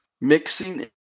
mixing